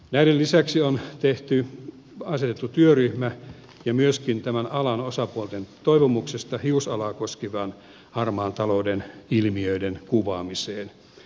näiden lisäksi on asetettu työryhmä myöskin tämän alan osapuolten toivomuksesta hiusalaa koskevan harmaan talouden ilmiöiden kuvaamiseen